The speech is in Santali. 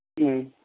ᱦᱩᱸ